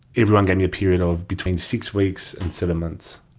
everyone gave me a period of between six weeks and seven months.